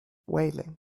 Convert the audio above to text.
whaling